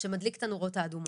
שמדליק את הנורות האדומות.